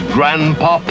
Grandpa